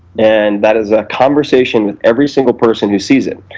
and that is a conversation with every single person who sees it.